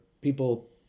people